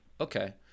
okay